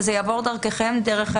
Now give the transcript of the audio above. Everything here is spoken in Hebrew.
והמציעות הן אלה שצריכות